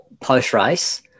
post-race